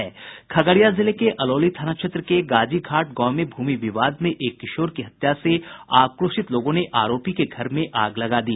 खगड़िया जिले के अलौली थाना क्षेत्र के गाजी घाट गांव में भूमि विवाद में एक किशोर की हत्या से आक्रोशित लोगों ने आरोपी के घर में आग लगा दी